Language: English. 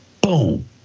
boom